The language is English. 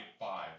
Five